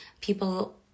people